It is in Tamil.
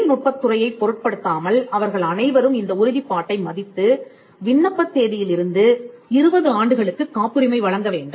தொழில்நுட்பத் துறையை பொருட்படுத்தாமல் அவர்கள் அனைவரும் இந்த உறுதிப்பாட்டை மதித்து விண்ணப்பத் தேதியிலிருந்து 20 ஆண்டுகளுக்குக் காப்புரிமை வழங்க வேண்டும்